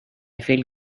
feel